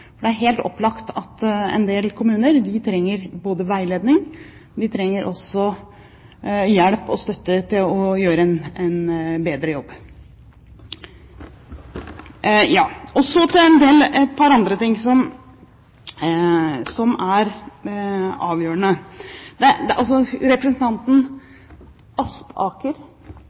Det er helt opplagt at en del kommuner trenger veiledning. De trenger også hjelp og støtte til å gjøre en bedre jobb. Så til et par andre ting som er avgjørende. Representanten Aspaker illustrerer egentlig skiftene i norsk utdanningspolitikk veldig godt selv i det